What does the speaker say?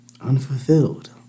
unfulfilled